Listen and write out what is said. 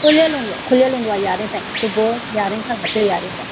खुलियलु हूंदो आहे खुलियलु हूंदो आहे यारहें ताईं सुबुह यारहं खां राति जो यारहें ताईं